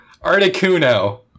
Articuno